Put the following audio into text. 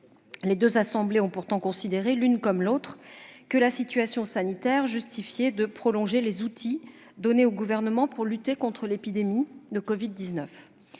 Les deux assemblées ont pourtant considéré, l'une comme l'autre, que la situation sanitaire justifiait de prolonger les outils donnés au Gouvernement pour lutter contre l'épidémie de covid-19.